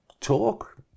talk